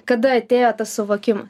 kada atėjo tas suvokimas